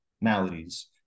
maladies